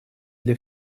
для